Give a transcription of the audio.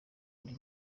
undi